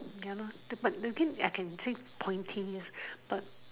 ya lah the but the green I can say pointy ears but